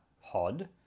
Hod